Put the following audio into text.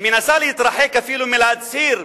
מנסה להתרחק אפילו מלהצהיר,